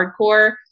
hardcore